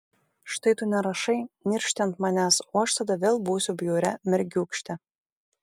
štai tu nerašai niršti ant manęs o aš tada vėl būsiu bjauria mergiūkšte